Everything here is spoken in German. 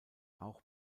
auch